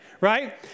right